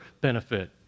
benefit